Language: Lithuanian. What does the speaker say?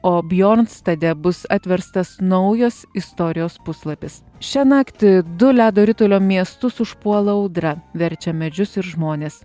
o bjornstade bus atverstas naujas istorijos puslapis šią naktį du ledo ritulio miestus užpuola audra verčia medžius ir žmones